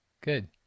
good